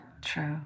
True